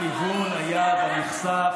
לכיוון היעד הנכסף,